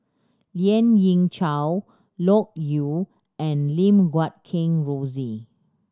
Lien Ying Chow Loke Yew and Lim Guat Kheng Rosie